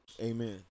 Amen